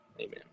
Amen